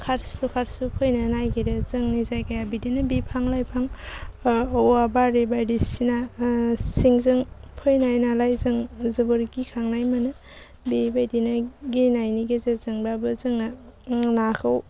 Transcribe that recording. खारस्लिउ खारस्लिउ फैनो नागिरो जोंनि जायगाया बिदिनो बिफां लायफां औवा बारि बायदिसिना सिंजों फैनाय नालाय जों जोबोर गिखांनाय मोनो बिबायदिनो गिनायनि गेजेरजोंबाबो जों नाखौ